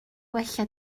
gwella